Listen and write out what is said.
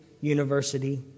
University